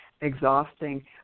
exhausting